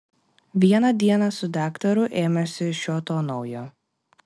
vieną dieną su daktaru ėmėsi šio to naujo